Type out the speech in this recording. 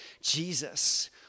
Jesus